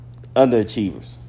underachievers